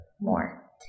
more